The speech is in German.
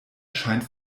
scheint